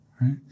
Right